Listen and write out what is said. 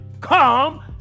Come